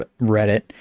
reddit